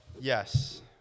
yes